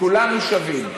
כולנו שווים.